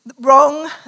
wrong